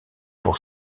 pour